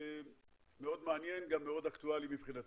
מאוד מעניין, גם מאוד אקטואלי מבחינתנו.